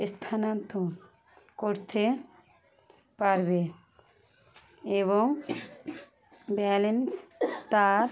স্থানান্তর করতে পারবে এবং ব্যালেন্স তার